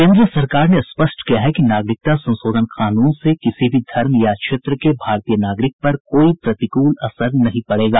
केन्द्र सरकार ने स्पष्ट किया है कि नागरिकता संशोधन कानून से किसी भी धर्म या क्षेत्र के भारतीय नागरिक पर कोई प्रतिकूल असर नहीं पड़ेगा